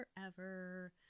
forever